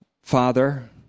Father